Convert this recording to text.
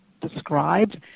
described